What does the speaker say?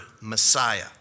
Messiah